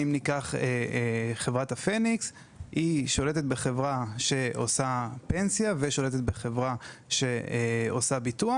חברת הפניקס שולטת בחברה שעושה פנסיה ובחברה שעושה ביטוח,